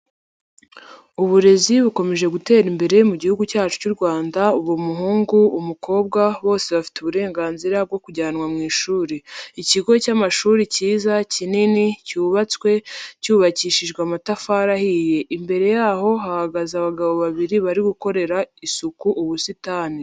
Uburezi bukomeje gutera imbere mu gihugu cyacu cy'u Rwanda, ubu umuhungu, umukobwa bose bafite uburenganzira bwo kujyanwa mu ishuri. Ikigo cy'amashuri cyiza, kinini, cyubatswe cyubakishijwe amatafari ahiye. Imbere yaho hahagaze abagabo babiri bari gukorera isuku ubusitani.